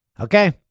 Okay